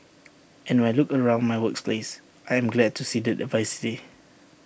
and when look around my works place I am glad to see that diversity